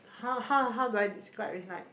how how how do I describe it's like